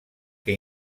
que